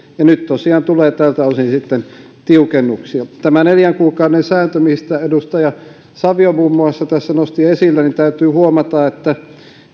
ja nyt tosiaan tulee tältä osin sitten tiukennuksia tästä neljän kuukauden säännöstä minkä edustaja savio muun muassa nosti esille täytyy huomata että